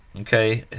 okay